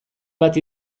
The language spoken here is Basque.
bat